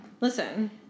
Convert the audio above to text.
Listen